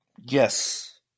Yes